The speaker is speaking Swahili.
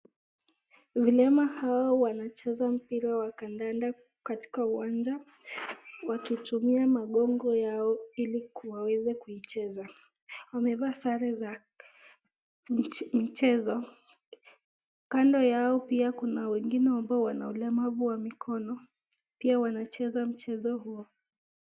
Vilema hawa wanacheza mpira wa kandanda katika uwanja wakitumia magongo yao ili kuweza kuicheza. Wamevaa sare za mchezo. Kando yao pia kuna wengine ambao wana ulemavu wa mikono. Pia wanacheza mchezo huo.